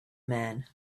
man